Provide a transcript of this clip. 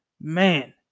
man